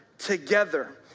Together